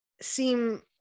seem